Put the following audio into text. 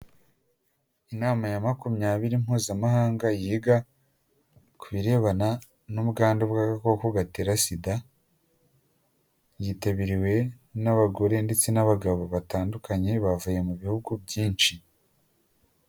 Inama ya makumyabiri mpuzamahanga yiga ku birebana n'ubwandu bw'agakoko gatera sida yitabiriwe n'abagore ndetse n'abagabo batandukanye bavuye mu bihugu byinshi.